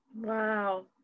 Wow